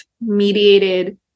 mediated